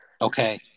Okay